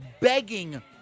begging